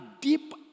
deep